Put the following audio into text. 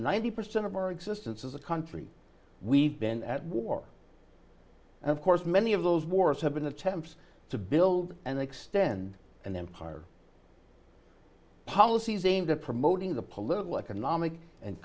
ninety percent of our existence as a country we've been at war and of course many of those wars have been attempts to build and extend an empire policies aimed at promoting the political economic and